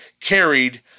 carried